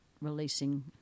releasing